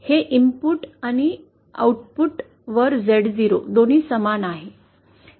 हे इनपुट आणि आउटपुट वर Z0 दोन्ही समान आहे